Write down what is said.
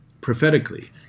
prophetically